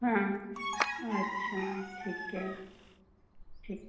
हाँ अच्छा ठीक है ठीक